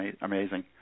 amazing